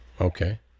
Okay